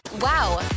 Wow